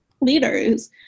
leaders